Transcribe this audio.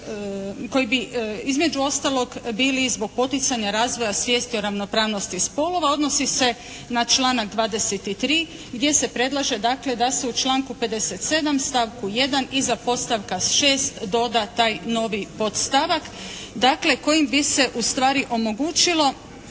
koji bi između ostalog bili zbog poticanja razvoja svijesti o ravnopravnosti spolova odnosi se na članak 23. gdje se predlaže dakle da se u članku 57. stavku 1. iza podstavka 6. doda taj novi podstavak, dakle kojim bi se ustvari omogućilo